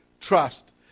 trust